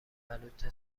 بلوط